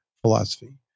philosophy